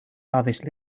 harvest